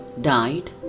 died